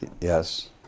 Yes